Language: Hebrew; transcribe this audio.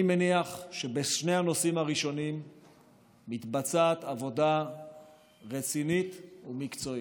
אני מניח שבשני הנושאים הראשונים מתבצעת עבודה רצינית ומקצועית.